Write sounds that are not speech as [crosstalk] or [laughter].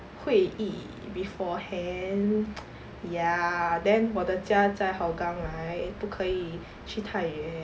会议 beforehand [noise] ya then 我的家在 hougang right 不可以去太远